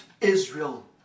Israel